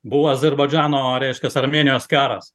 buvo azerbaidžano reiškiasi armėnijos karas